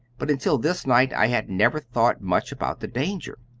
but until this night i had never thought much about the danger.